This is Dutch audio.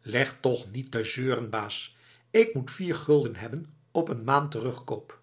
leg toch niet te zeuren baas k moet vier gulden hebben op een maand terugkoop